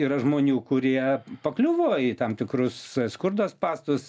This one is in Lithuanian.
yra žmonių kurie pakliuvo į tam tikrus skurdo spąstus